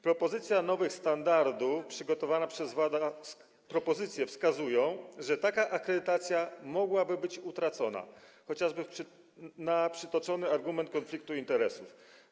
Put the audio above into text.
Propozycja nowych standardów przygotowana przez WADA, propozycje wskazują, że taka akredytacja mogłaby być utracona, chociażby ze względu na przytoczony argument konfliktu interesów.